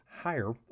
higher